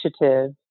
initiative